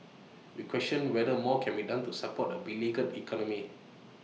we question whether more can be done to support A beleaguered economy